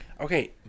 Okay